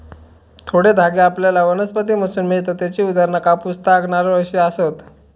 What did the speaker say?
थोडे धागे आपल्याला वनस्पतींमधसून मिळतत त्येची उदाहरणा कापूस, ताग, नारळ अशी आसत